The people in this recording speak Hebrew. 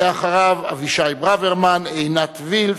אבישי ברוורמן, עינת וילף,